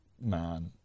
man